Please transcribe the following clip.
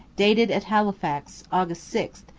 dated at halifax, august six,